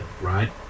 right